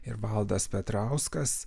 ir valdas petrauskas